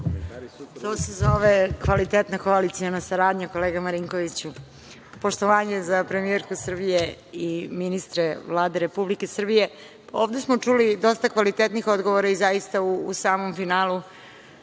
To se zove kvalitetna koaliciona saradnja, kolega Marinkoviću. Poštovanje za premijerku Srbije i ministre Vlade Republike Srbije. Ovde smo čuli dosta kvalitetnih odgovora i zaista u samom finalu,